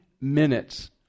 minutes